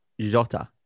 Jota